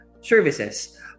services